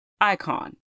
Icon